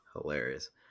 Hilarious